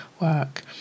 work